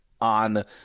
on